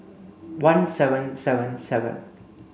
one seven seven seven